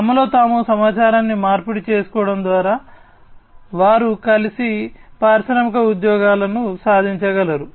తమలో తాము సమాచారాన్ని మార్పిడి చేసుకోవడం ద్వారా వారు కలిసి పారిశ్రామిక ఉద్యోగాలు సాధించగలరు